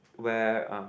where um